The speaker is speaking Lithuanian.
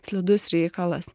slidus reikalas